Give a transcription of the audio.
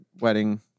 wedding